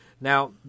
Now